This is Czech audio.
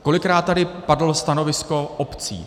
Kolikrát tady padlo stanovisko obcí.